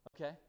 Okay